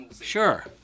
sure